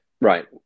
Right